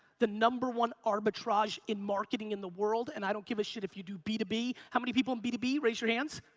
the number one arbitrage in marketing in the world, and i don't give a shit if you do b two b. how many people in b two b, raise your hands?